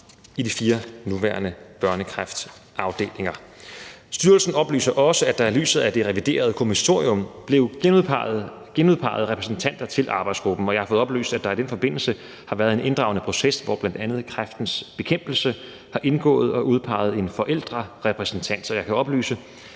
på de fire nuværende børnekræftafdelinger. Kl. 15:31 Styrelsen oplyser også, at der i lyset af det reviderede kommissorium blev genudpeget repræsentanter til arbejdsgruppen, og jeg har fået oplyst, at der i den forbindelse har været en inddragende proces, hvor bl.a. Kræftens Bekæmpelse har indgået og udpeget en forældrerepræsentant. Så jeg kan oplyse,